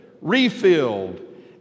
refilled